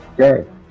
Okay